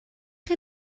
chi